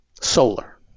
Solar